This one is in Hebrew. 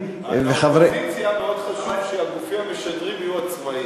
רק לאופוזיציה מאוד חשוב שהגופים המשדרים יהיו עצמאיים.